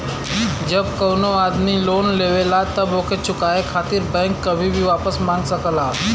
जब कउनो आदमी लोन लेवला तब ओके चुकाये खातिर बैंक कभी भी वापस मांग सकला